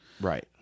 right